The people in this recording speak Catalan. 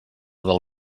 del